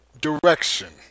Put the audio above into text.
direction